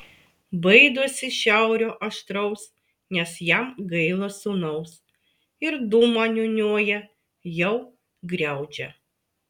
baidosi šiaurio aštraus nes jam gaila sūnaus ir dūmą niūniuoja jau griaudžią